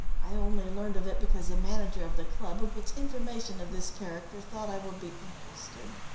i only learnt of it because the manager of the club, who gets information of this character, thought i would be interested.